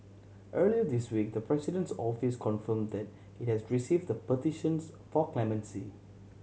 earlier this week the President's Office confirmed that it had received the petitions for clemency